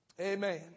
Amen